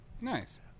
nice